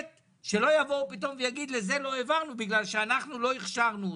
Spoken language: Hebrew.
השני - שלא יבואו פתאום ויגידו שלמישהו לא העבירו כי לא הם הכשירו אותו.